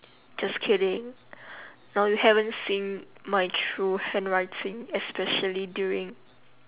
just kidding now you haven't seen my true handwriting especially during